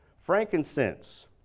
Frankincense